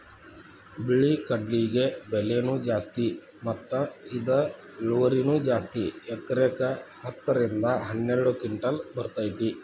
ಬಿಳಿ ಕಡ್ಲಿಗೆ ಬೆಲೆನೂ ಜಾಸ್ತಿ ಮತ್ತ ಇದ ಇಳುವರಿನೂ ಜಾಸ್ತಿ ಎಕರೆಕ ಹತ್ತ ರಿಂದ ಹನ್ನೆರಡು ಕಿಂಟಲ್ ಬರ್ತೈತಿ